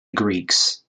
greeks